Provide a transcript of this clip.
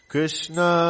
Krishna